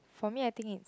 for me I think it's